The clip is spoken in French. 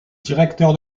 directeur